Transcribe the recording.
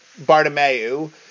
Bartomeu